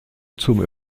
zum